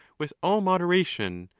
with all moderation,